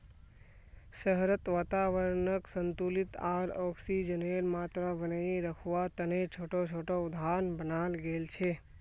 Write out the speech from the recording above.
शहरत वातावरनक संतुलित आर ऑक्सीजनेर मात्रा बनेए रखवा तने छोटो छोटो उद्यान बनाल गेल छे